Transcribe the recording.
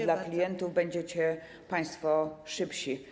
dla klientów będziecie państwo szybsi.